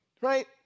Right